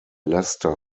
leicester